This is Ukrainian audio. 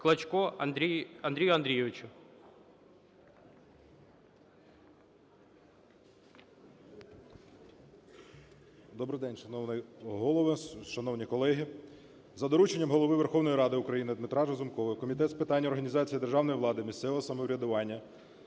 А.А. Добрий день, шановний Голово, шановні колеги. За дорученням Голови Верховної Ради України Дмитра Разумкова Комітет з питань організації державної влади, місцевого самоврядування,